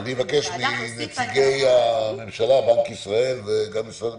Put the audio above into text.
-- אני אבקש מנציגי הממשלה בנק ישראל וגם משרד המשפטים,